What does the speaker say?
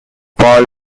all